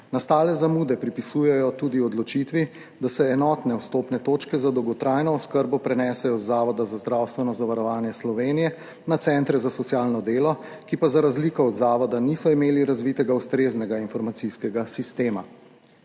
Nastale zamude pripisujejo tudi odločitvi, da se enotne vstopne točke za dolgotrajno oskrbo prenesejo iz Zavoda za zdravstveno zavarovanje Slovenije na centre za socialno delo, ki pa za razliko od zavoda niso imeli razvitega ustreznega informacijskega sistema.